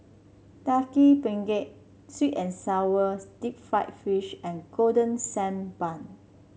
Daging Penyet sweet and sour Deep Fried Fish and Golden Sand Bun